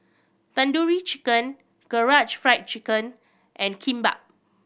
Tandoori Chicken Karaage Fried Chicken and Kimbap